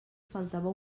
faltava